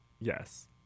Yes